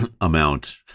amount